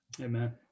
Amen